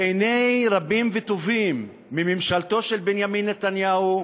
בעיני רבים וטובים מממשלתו של בנימין נתניהו,